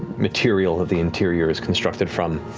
material ah the interior is constructed from.